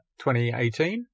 2018